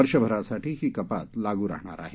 वर्षभरासाठी ही कपात लागू राहणार आहे